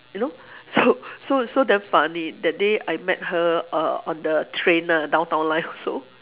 you know so so so damn funny that day I met her uh on the train ah downtown line also